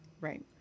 Right